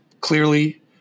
clearly